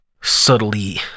subtly